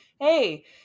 hey